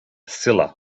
silla